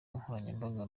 nkoranyambaga